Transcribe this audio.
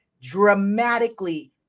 dramatically